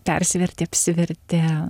persivertė apsivertė